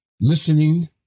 listening